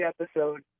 episode